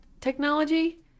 technology